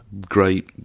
great